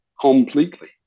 completely